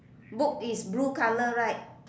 book is blue colour right